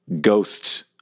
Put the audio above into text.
ghost